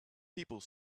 people